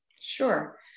Sure